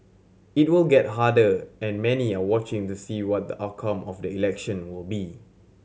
it will get harder and many are watching to see what the outcome of the election will be